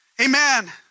Amen